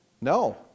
No